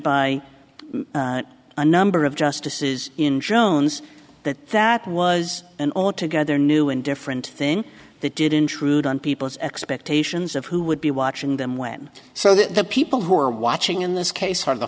by a number of justices in jones that that was an altogether new and different thing that did intrude on people's expectations of who would be watching them when so that the people who are watching in this case